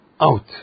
out